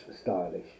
stylish